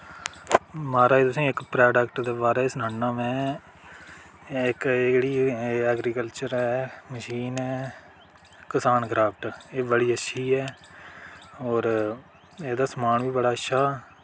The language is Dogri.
मा'राज तुसें ई इक प्राडक्ट दे बारे च सनान्ना में इक जेह्ड़ी ऐग्रीकल्चर ऐ मशीन ऐ कसान क्राफ्ट एह् बड़ी अच्छी ऐ और एह्दा समान बी बड़ा अच्छा